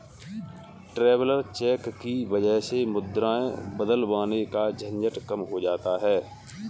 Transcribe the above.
traveller cheque की वजह से मुद्राएं बदलवाने का झंझट कम हो जाता है